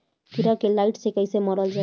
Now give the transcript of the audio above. कीड़ा के लाइट से कैसे मारल जाई?